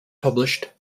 published